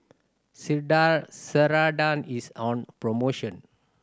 Ceradan is on promotion